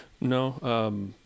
No